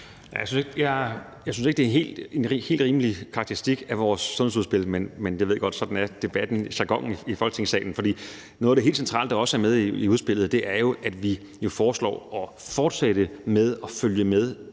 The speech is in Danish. Jeg synes ikke, det er en helt rimelig karakteristik af vores sundhedsudspil, men jeg ved godt, at debatten og jargonen i Folketingssalen er sådan. Noget af det helt centrale, der også er med i udspillet, er jo, at vi foreslår at fortsætte med at følge med